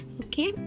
okay